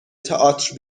تئاتر